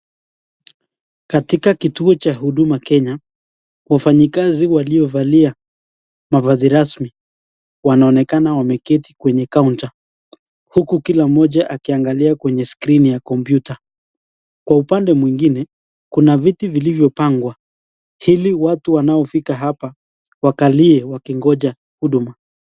Katika kituo cha Huduma Kenya wafanyikazi waliovalia mavazi rasmi wanaonekana wameketi kwenye kaunta uku kila mmoja akiangalia kwenye skrini ya kompyuta. Kwa upande mwingine kuna viti vilivyopangwa ili watu wanaofika hapa wakalie wakigonja huduma.